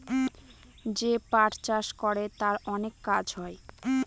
যে পাট চাষ করে তার অনেক কাজ হয়